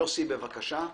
יוסי, בבקשה.